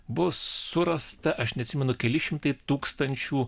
bus surasta aš neatsimenu keli šimtai tūkstančių